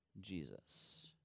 Jesus